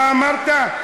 מה אמרת?